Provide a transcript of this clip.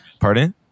Pardon